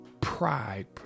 pride